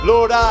Lord